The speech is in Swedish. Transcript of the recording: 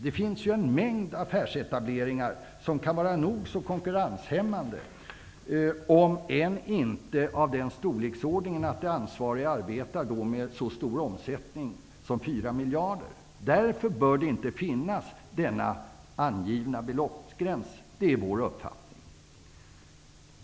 Det finns ju en mängd affärsetableringar som kan vara nog så konkurrenshämmande, även om de inte är av den storleksordningen att de ansvariga arbetar med så stor omsättning som 4 miljarder. Därför bör det inte finnas någon beloppsgräns angiven. Det är vår uppfattning.